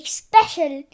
special